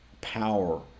power